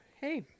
hey